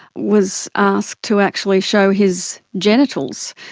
was asked to actually show his genitals,